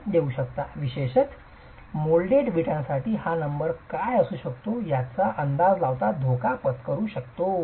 आपण देऊ शकता विशेषत मोल्डेड विटासाठी हा नंबर काय असू शकतो याचा अंदाज लावता धोका पत्करू शकतो